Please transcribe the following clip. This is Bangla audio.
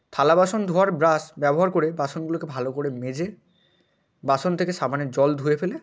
থালা বাসন ধোয়ার ব্রাশ ব্যবহার করে বাসনগুলোকে ভালো করে মেজে বাসন থেকে সাবানের জল ধুয়ে ফেলে